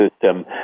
system